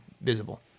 visible